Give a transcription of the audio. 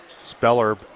Speller